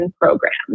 programs